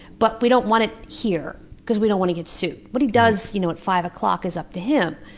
but we don't want it here because we don't want to get sued. what he does you know at five o'clock is up to him.